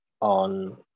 on